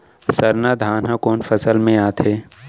सरना धान ह कोन फसल में आथे?